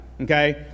okay